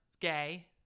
gay